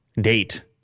date